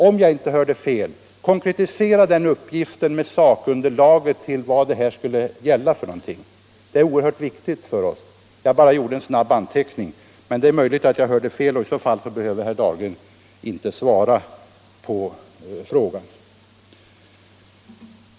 Om jag inte hörde fel, konkretisera den uppgiften med sakunderlaget som visar vad det här skall gälla för någonting! Det är oerhört viktigt för oss. Jag bara gjorde en snabb anteckning, men det är möjligt att jag hörde fel, och i så fall behöver herr Dahlgren inte svara på frågan.